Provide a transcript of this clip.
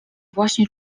właśnie